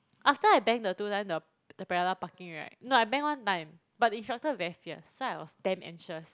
after I bang the two times the the parallel parking right no I bang one time but the instructor very fierce so I was damn anxious